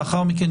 לאחר מכן,